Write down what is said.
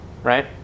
Right